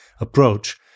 approach